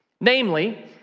Namely